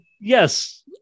Yes